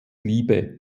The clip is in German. liebe